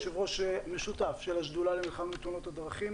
יושב-ראש משותף של השדולה למלחמה בתאונות הדרכים,